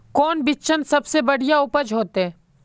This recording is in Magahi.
कौन बिचन सबसे बढ़िया उपज होते?